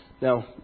Now